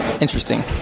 Interesting